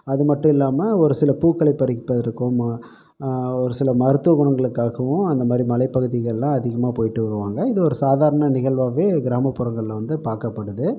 அதுமட்டும் இல்லாமல் ஒரு சில பூக்களை பறிப்பதற்கும் மா ஒரு சில மருத்துவ குணங்களுக்காகவும் அந்தமாதிரி மலைப்பகுதிகளில் அதிகமாக போய்ட்டு வருவாங்க இது ஒரு சாதாரண நிகழ்வாகவே கிராமப்புறங்களில் வந்து பார்க்கப்படுது